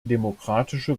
demokratische